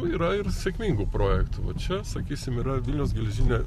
yra ir sėkmingų projektų va čia sakysim yra vilniaus geležinio